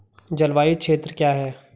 जलवायु क्षेत्र क्या है?